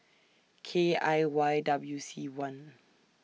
K I Y W C one